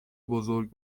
بزرگ